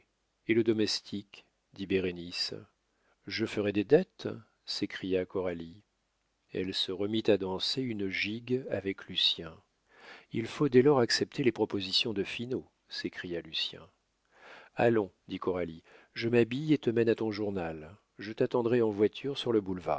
et le domestique dit bérénice je ferai des dettes s'écria coralie elle se remit à danser une gigue avec lucien il faut dès lors accepter les propositions de finot s'écria lucien allons dit coralie je m'habille et te mène à ton journal je t'attendrai en voiture sur le boulevard